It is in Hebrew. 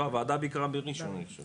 לא, הוועדה ביקרה בראשון, אני חושב.